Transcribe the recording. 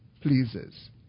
pleases